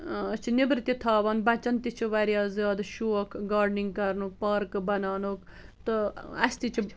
أسۍ چھِ نٮ۪برِ تہِ تھاوان بچن تہِ چھِ واریاہ زیادٕ شوق گاڈنِنگ کرنُک پارکہٕ بناونُک تہِ أسۍ تہِ چھُ